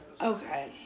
Okay